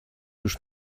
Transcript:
już